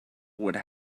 would